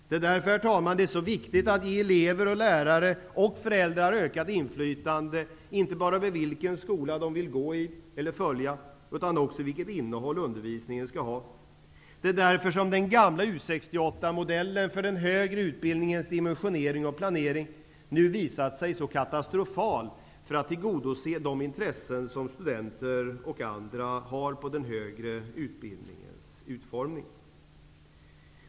Det är därför, herr talman, som det är så viktigt att ge elever, lärare och föräldrar ökat inflytande inte bara över vilken skola de vill gå i utan också vilket innehåll undervisningen skall ha. Det är därför som den gamla U 68-modellen för den högre utbildningens dimensioner och planering nu visat sig så katastrofal när det gäller att tillgodose de intressen som studenter och andra har för den högre utbildningens utformning.